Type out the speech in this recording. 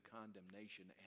condemnation